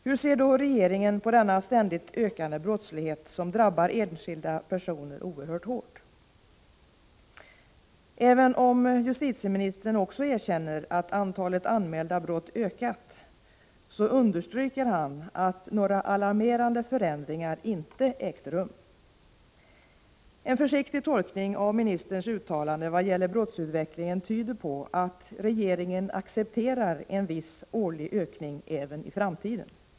Hur ser då regeringen på denna ständigt ökande brottslighet, som drabbar enskilda personer oerhört hårt? Även om justitieministern också erkänner att antalet anmälda brott ökat, understryker han att några alarmerande förändringar inte ägt rum. En försiktig tolkning av ministerns uttalande vad gäller brottsutvecklingen tyder på att regeringen accepterar en viss årlig ökning även i framtiden.